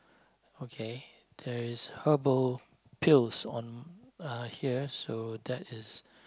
okay there is herbal pills on uh here so that is